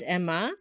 Emma